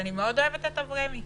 אני מאוד אוהבת את אברמי,